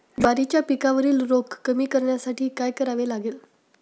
ज्वारीच्या पिकावरील रोग कमी करण्यासाठी काय करावे लागेल?